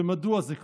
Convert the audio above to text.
ומדוע זה כך?